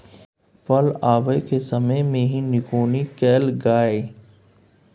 फली आबय के समय मे भी निकौनी कैल गाय?